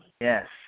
Yes